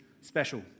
special